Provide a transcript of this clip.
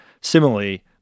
similarly